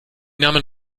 namen